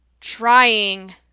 trying